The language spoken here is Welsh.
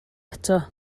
eto